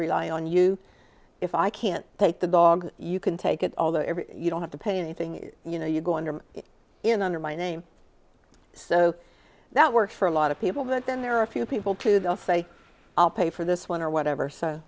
rely on you if i can't take the dog you can take it although every you don't have to pay anything you know you go under in under my name so that works for a lot of people but then there are a few people to the faith i'll pay for this one or whatever so